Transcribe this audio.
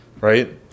right